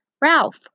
Ralph